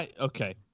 okay